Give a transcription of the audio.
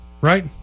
right